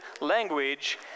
language